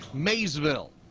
maysville,